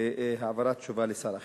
העברת תשובה לשר אחר.